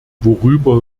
worüber